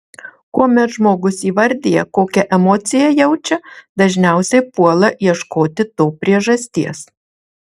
kuomet žmogus įvardija kokią emociją jaučia dažniausiai puola ieškoti to priežasties